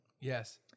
Yes